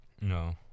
No